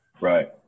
Right